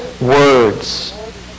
words